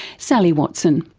sally watson.